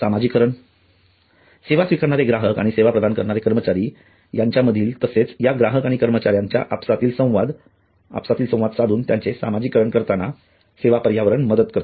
सामाजिकरण सेवा स्वीकारणारे ग्राहक आणि सेवा प्रदान करणारे कर्मचारी यांच्या मधील तसेच या ग्राहक आणि कर्मचाऱ्यांचा आपसातील संवाद साधून त्यांचे सामाजिकरण करताना सेवा पर्यावरण मदत करते